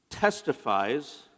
testifies